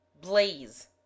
blaze